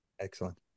Excellent